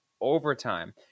overtime